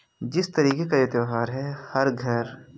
जिस तरीके का ये त्यौहार है हर घर